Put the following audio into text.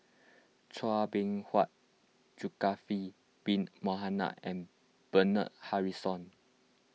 Chua Beng Huat Zulkifli Bin Mohamed and Bernard Harrison